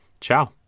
Ciao